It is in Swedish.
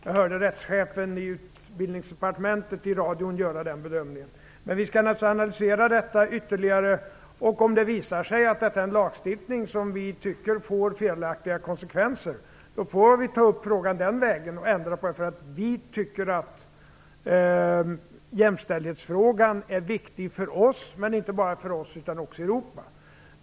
Jag hörde i radion rättschefen i Utbildningsdepartementet göra den bedömningen. Vi skall analysera detta ytterligare. Om det visar sig att detta är en lagstiftning som vi tycker får felaktiga konsekvenser, får vi ta upp frågan och ändra på det. Vi tycker att jämställdhetsfrågan är viktig för oss, men inte bara för oss utan också för Europa.